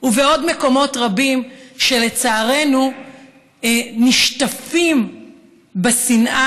ובעוד מקומות רבים שלצערנו נשטפים בשנאה